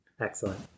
Excellent